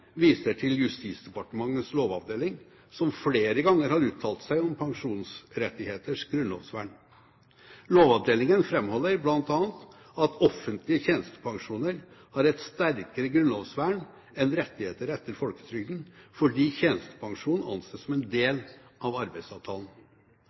viser til Justisdepartementets lovavdeling, som flere ganger har uttalt seg om pensjonsrettigheters grunnlovsvern. Lovavdelingen framholder bl.a. at offentlige tjenestepensjoner har et sterkere grunnlovsvern enn rettigheter etter folketrygden, fordi tjenestepensjon anses som en